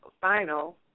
final